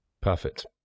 Perfect